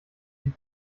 sie